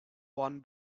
one